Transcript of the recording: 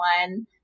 one